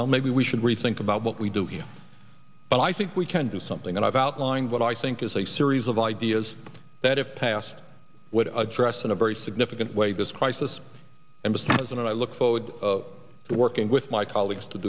well maybe we should rethink about what we do here but i think we can do something and i've outlined what i think is a series of ideas that if passed would address in a very significant way this crisis and just as i look forward to working with my colleagues to